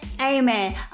Amen